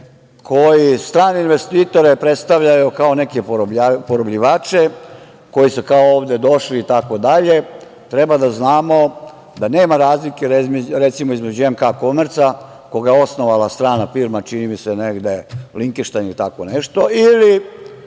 koji strane investitore predstavljaju kao neke porobljivače koji su kao ovde došli itd, treba da znamo da nema razlike, recimo, između „MK Komerca“, koga je osnovala strana firma, čini mi se, negde u Lihtenštajnu ili tako nešto ili